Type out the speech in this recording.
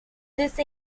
this